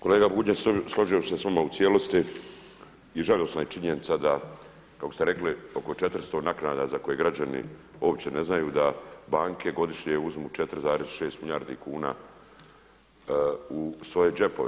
Kolega Bunjac složio bih se sa vama u cijelosti i žalosna je činjenica da kako ste rekli oko 400 naknada za koje građani uopće ne znaju da banke godišnje uzmu 4,6 milijardi kuna u svoje džepove.